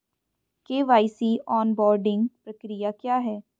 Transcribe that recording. KYC onboarding प्रक्रिया क्या है?